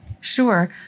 Sure